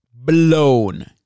Blown